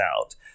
out